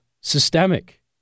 systemic